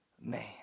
man